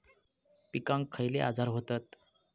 पिकांक खयले आजार व्हतत?